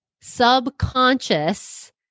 subconscious